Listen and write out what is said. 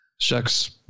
Shucks